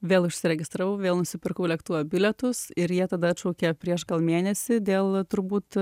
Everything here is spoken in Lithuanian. vėl užsiregistravau vėl nusipirkau lėktuvo bilietus ir jie tada atšaukė prieš mėnesį dėl turbūt